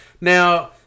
Now